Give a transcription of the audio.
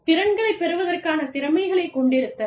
திறன்களைப் பெறுவதற்கான திறமைகளைக் கொண்டிருத்தல்